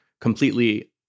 completely